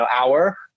hour